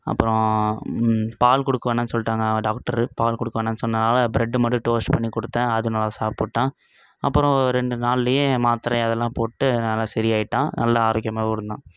அப்புறம் பால் கொடுக்க வேணா சொல்லிட்டாங்க டாக்டரு பால் கொடுக்க வேணா சொன்னனால பிரெட்டு மட்டும் டோஸ்ட் பண்ணி கொடுத்தேன் அது நல்லா சாப்பிட்டான் அப்புறம் ஓ ரெண்டு நாள்லையே மாத்திரை அதெல்லாம் போட்டு நல்லா சரியாயிவிட்டான் நல்லா ஆரோக்கியமாகவும் இருந்தான்